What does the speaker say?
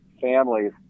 families